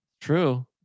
True